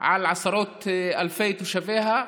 על עשרות אלפי תושביה,